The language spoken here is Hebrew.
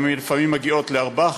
לפעמים הן מגיעות לארבע,